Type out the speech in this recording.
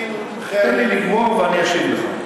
תן לי לגמור ואני אשיב לך.